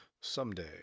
Someday